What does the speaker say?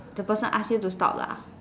the person ask you to stop lah